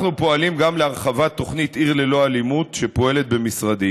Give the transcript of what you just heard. אנחנו פועלים גם להרחבת תוכנית עיר ללא אלימות שפועלת במשרדי,